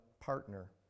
partner